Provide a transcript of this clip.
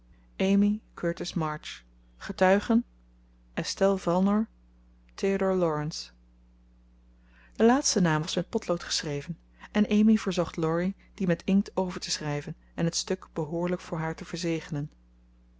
curtis march getuigen estelle valnor theodoor laurence de laatste naam was met potlood geschreven en amy verzocht laurie dien met inkt over te schrijven en het stuk behoorlijk voor haar te verzegelen